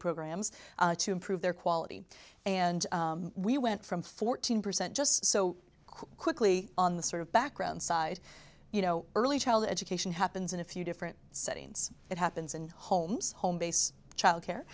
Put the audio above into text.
programs to improve their quality and we went from fourteen percent just so quickly on the sort of background side you know early child education happens in a few different settings it happens in homes home base childcare